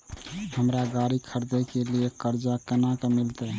हमरा गाड़ी खरदे के लिए कर्जा केना मिलते?